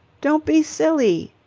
don't be silly.